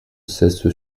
cesse